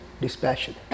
dispassion